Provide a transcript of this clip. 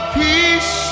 peace